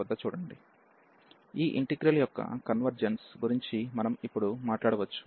03dx3 xx2103dtt3 t21 ఈ integral యొక్క convergence గురించి మనం ఇప్పుడు మాట్లాడవచ్చు